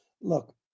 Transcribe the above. Look